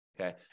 Okay